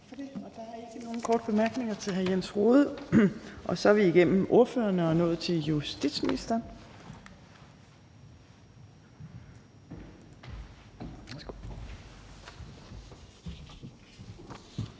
og der er ikke nogen korte bemærkninger til hr. Jens Rohde. Og så er vi igennem ordførerrækken og er nået til justitsministeren.